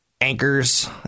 anchors